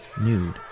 nude